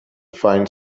find